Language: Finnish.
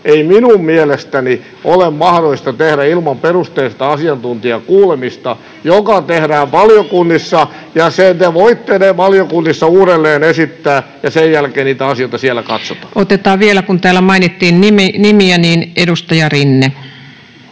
ei minun mielestäni ole mahdollista tehdä ilman perusteellista asiantuntijakuulemista, joka tehdään valiokunnissa. [Krista Kiurun välihuuto] Te voitte ne valiokunnissa uudelleen esittää, ja sen jälkeen niitä asioita siellä katsotaan. [Speech 125] Speaker: Paula Risikko Party: N/A